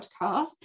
podcast